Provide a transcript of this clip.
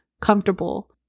comfortable